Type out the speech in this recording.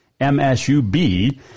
MSUB